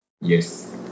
Yes